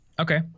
Okay